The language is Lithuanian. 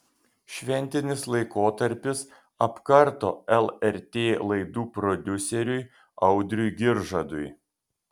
šventinis laikotarpis apkarto lrt laidų prodiuseriui audriui giržadui